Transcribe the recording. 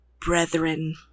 Brethren